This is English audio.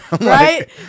Right